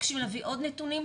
מתבקשים להביא עוד נתונים,